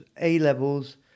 A-levels